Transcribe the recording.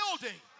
building